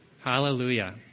Hallelujah